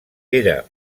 era